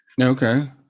Okay